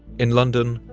in london,